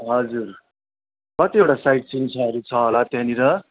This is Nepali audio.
हजुर कतिवटा साइटसिन्सहरू छ होला त्यहाँनेर